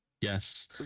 Yes